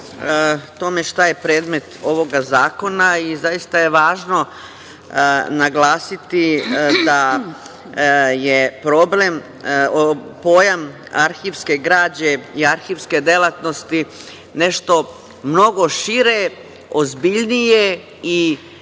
šta je predmet ovog zakona. Zaista je važno naglasiti da je pojam arhivske građe i arhivske delatnosti nešto mnogo šire, ozbiljnije i